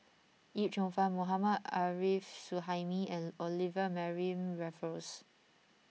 Yip Cheong Fun Mohammad Arif Suhaimi and Olivia Mariamne Raffles